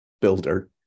builder